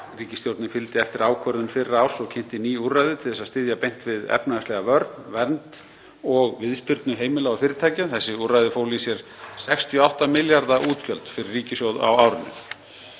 Ríkisstjórnin fylgdi eftir ákvörðun fyrra árs og kynnti ný úrræði til þess að styðja beint við efnahagslega vernd og viðspyrnu heimila og fyrirtækja. Þessi úrræði fólu í sér 68 milljarða útgjöld fyrir ríkissjóð á árinu.